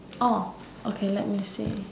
orh okay let me see